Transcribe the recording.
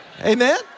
amen